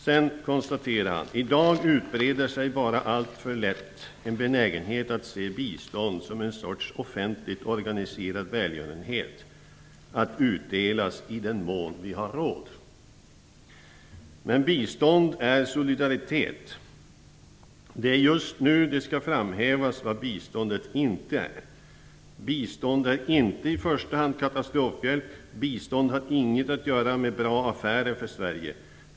Sedan konstaterar han: "I dag utbreder sig bara alltför lätt en benägenhet att se bistånd som en sorts offentligt organiserad välgörenhet, att utdelas i den mån vi har råd. Det är just nu det ska framhävas vad bistånd inte är: Bistånd är inte i första hand katastrofhjälp. Bistånd har inget att göra med bra affärer för Sverige.